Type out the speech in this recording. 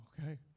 Okay